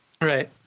Right